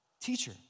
Teacher